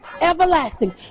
everlasting